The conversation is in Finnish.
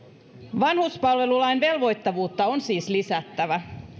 vanhuspalvelulain velvoittavuutta on siis lisättävä